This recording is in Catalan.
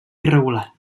irregular